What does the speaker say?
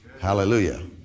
Hallelujah